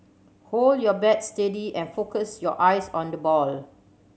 hold your bat steady and focus your eyes on the ball